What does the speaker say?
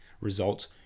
results